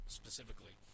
specifically